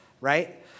right